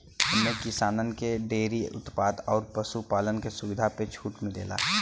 एम्मे किसानन के डेअरी उत्पाद अउर पशु पालन के सुविधा पे छूट मिलेला